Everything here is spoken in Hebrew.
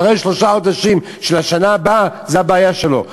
אחרי שלושה חודשים של השנה הבאה, זו הבעיה שלו.